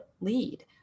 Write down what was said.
lead